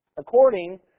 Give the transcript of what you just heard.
According